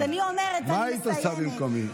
מה היית עושה במקומי?